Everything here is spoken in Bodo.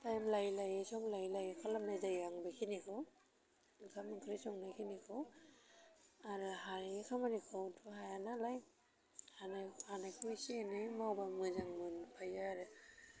टाइम लायै लायै सम लायै लायै खालामनाय जायो आं बेखिनिखौ ओंखाम ओंख्रि संनाय खिनिखौ आरो हायै खामानिखौथ' हाया नालाय हानाय हानायखौ इसे इनै मावबाबो मोजां मोनफायो आरो